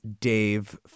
Dave